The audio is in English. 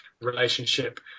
relationship